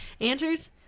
answers